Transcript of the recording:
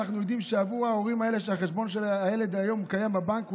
אנחנו יודעים שבעבור ההורים האלה שהחשבון של הילד כיום בבנק,